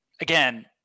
again